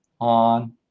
on